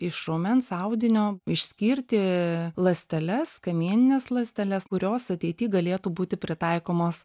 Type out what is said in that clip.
iš raumens audinio išskirti ląsteles kamienines ląsteles kurios ateity galėtų būti pritaikomos